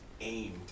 aimed